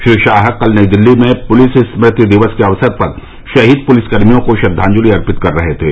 श्री शाह कल नई दिल्ली में पुलिस स्मृति दिवस के अवसर पर शहीद पुलिसकर्मियों को श्रद्वांजलि अर्पित कर रहे थे